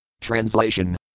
Translation